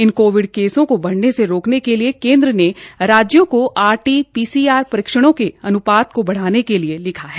इन covid मामलों को बढ़ने से रोकने के लिए केन्द्र ने राज्यों को आरटी पीसीआर परीक्षिणों के अनुपात को बढ़ाने के लिए लिखा है